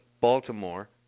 Baltimore